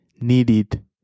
needed